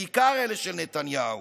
בעיקר אלה של נתניהו,